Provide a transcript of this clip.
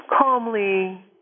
calmly